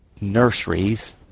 Nurseries